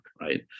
right